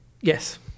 Yes